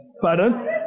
Pardon